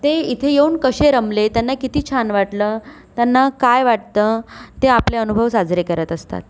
ते इथे येऊन कसे रमले त्यांना किती छान वाटलं त्यांना काय वाटतं ते आपले अनुभव साजरे करत असतात